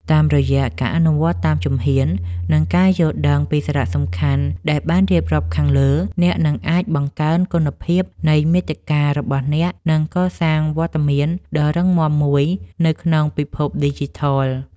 តាមរយៈការអនុវត្តតាមជំហ៊ាន និងការយល់ដឹងពីសារៈសំខាន់ដែលបានរៀបរាប់ខាងលើ អ្នកនឹងអាចបង្កើនគុណភាពនៃមាតិការបស់អ្នក និងកសាងវត្តមានដ៏រឹងមាំមួយនៅក្នុងពិភពឌីជីថល។